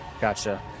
Gotcha